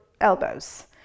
elbows